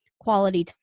quality